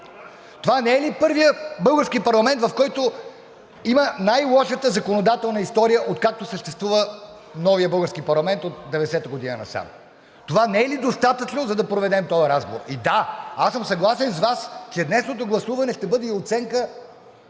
Това не е ли първият български парламент, който има най лошата законодателна история, откакто съществува новият български парламент от 1990 г. насам? Това не е ли достатъчно, за да проведем този разговор? И да, аз съм съгласен с Вас, че днешното гласуване ще бъде и оценка